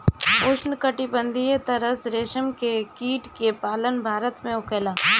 उष्णकटिबंधीय तसर रेशम के कीट के पालन भारत में होखेला